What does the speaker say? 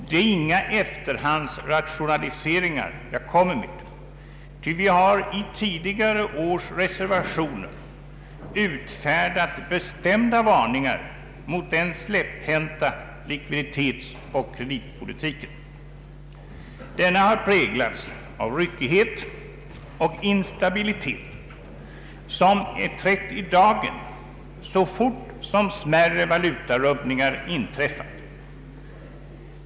Det är inga efterhandsrationaliseringar jag kommer med, ty vi har i tidigare års reservationer utfärdat bestämda varningar mot den släpphänta likviditetsoch kreditpolitiken. Denna har präglats av ryckighet och instabilitet, som trätt i dagen så fort smärre valutarubbningar inträffat.